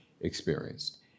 experienced